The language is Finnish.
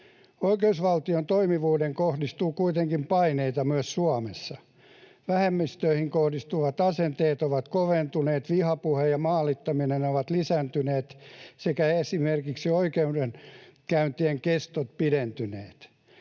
Oikeusvaltion toimivuuteen kohdistuu kuitenkin paineita myös Suomessa. Vähemmistöihin kohdistuvat asenteet ovat koventuneet, vihapuhe ja maalittaminen ovat lisääntyneet, sekä esimerkiksi oikeudenkäyntien kestot pidentyneet.